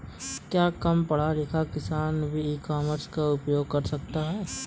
क्या कम पढ़ा लिखा किसान भी ई कॉमर्स का उपयोग कर सकता है?